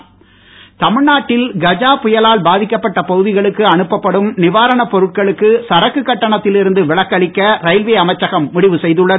ரத்து தமிழ்நாட்டில் கஜா புயலால் பாதிக்கப்பட்ட பகுதிகளுக்கு அனுப்ப படும் நிவாரணப் பொருட்களுக்கு சரக்கு கட்டணத்தில் இருந்து விலக்களிக்க ரயில்வே அமைச்சகம் முடிவு செய்துள்ளது